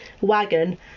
wagon